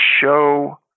show